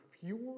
fewer